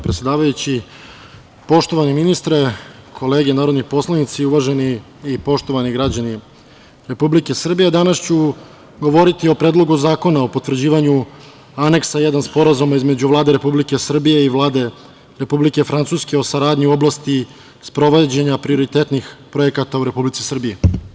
Poštovani ministre, kolege narodni poslanici, uvaženi i poštovani građani Republike Srbije, danas ću govoriti o Predlogu zakona o potvrđivanju Aneksa 1 Sporazuma između Vlade Republike Srbije i Vlade Republike Francuske o saradnji u oblasti sprovođenja prioritetnih projekata u Republici Srbiji.